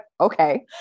okay